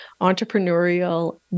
entrepreneurial